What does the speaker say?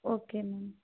okay ma'am